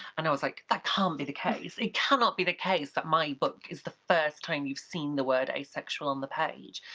and i was like, that can't be the case. it cannot be the case that my book is the first time you've seen the word asexual on the page,